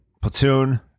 platoon